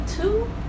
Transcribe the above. two